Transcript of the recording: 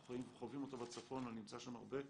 אנחנו חווים אותה בצפון, אני נמצא שם הרבה.